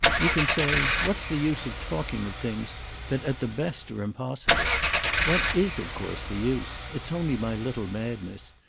you can say what's the use of talking of things that at the best are impossible what is of course the use? it's only my little madness.